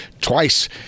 twice